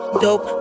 dope